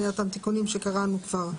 שני התיקונים שקראנו כבר.